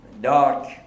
dark